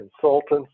consultants